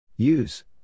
Use